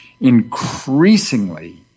increasingly